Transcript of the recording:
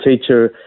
teacher